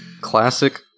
Classic